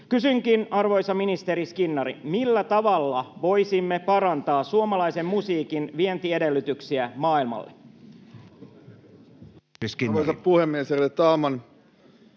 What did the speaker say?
Kysynkin, arvoisa ministeri Skinnari: millä tavalla voisimme parantaa suomalaisen musiikin vientiedellytyksiä maailmalle? Ministeri Skinnari.